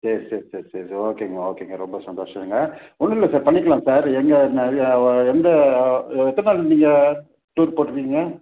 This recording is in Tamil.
சரி சரி சரி சரி சார் ஓகேங்க ஓகேங்க ரொம்ப சந்தோஷங்க ஒன்றும் இல்லை சார் பண்ணிக்கலாம் சார் எங்கள் நிறையா ஓ எந்த எத்தனை நாள் நீங்கள் டூர் போட்டிருந்திங்க